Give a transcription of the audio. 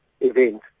event